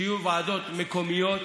שיהיו ועדות מקומיות,